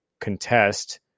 contest